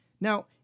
Now